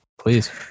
Please